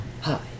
Hi